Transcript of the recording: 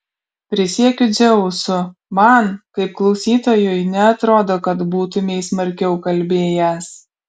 prisiekiu dzeusu man kaip klausytojui neatrodo kad būtumei smarkiau kalbėjęs